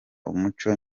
umuco